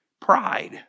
Pride